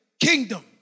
kingdom